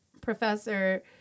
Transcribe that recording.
professor